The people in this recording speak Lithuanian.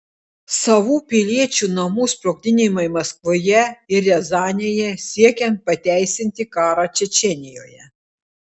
savų piliečių namų sprogdinimai maskvoje ir riazanėje siekiant pateisinti karą čečėnijoje